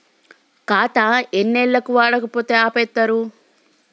ఖాతా ఎన్ని ఏళ్లు వాడకపోతే ఆపేత్తరు?